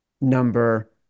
number